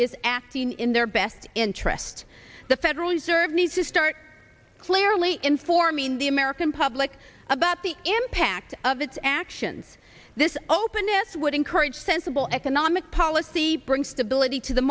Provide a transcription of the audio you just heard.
is acting in their best interest the federal reserve needs to start clearly informing the american public about the impact of its actions this openness would encourage sensible economic policy bring stability to the